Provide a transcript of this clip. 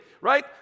right